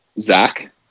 zach